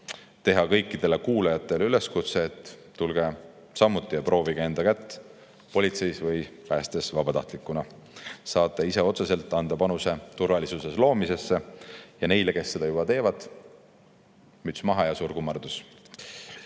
teha kõikidele kuulajatele üleskutse, et tulge samuti ja proovige enda kätt politseis või päästes vabatahtlikuna. Saate ise otseselt anda panuse turvalisuse loomisse. Ja neile, kes seda teevad: teie ees müts maha ja suur kummardus!